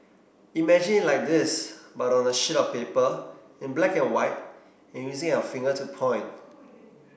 imagine it like this but on a sheet of paper in black and white and using your finger to point